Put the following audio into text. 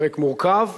פרק מורכב,